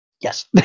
Yes